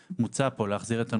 מוצע פה להחזיר את הנושא,